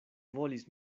volis